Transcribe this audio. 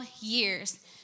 years